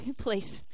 Please